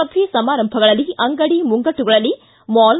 ಸಭೆ ಸಮಾರಂಭಗಳಲ್ಲಿ ಅಂಗಡಿ ಮುಂಗಟ್ಟುಗಳಲ್ಲಿ ಮಾಲ್